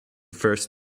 first